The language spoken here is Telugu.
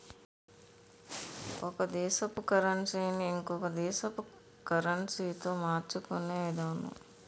ఒక దేశపు కరన్సీ ని ఇంకొక దేశపు కరెన్సీతో మార్చుకునే విధానము